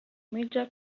major